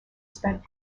spent